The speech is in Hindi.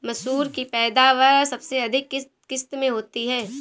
मसूर की पैदावार सबसे अधिक किस किश्त में होती है?